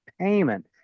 payment